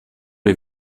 les